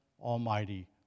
Almighty